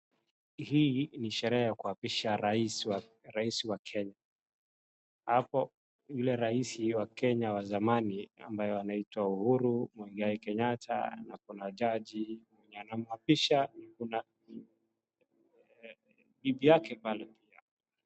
Hii ni sherehe ya kuapisha rais wa Kenya. Hapo yule rais wa Kenya wa zamani ambaye anaitwa Uhuru Muigai Kenyatta na kuna jaji mwenye anamuapisha, kuna bibi yake pale.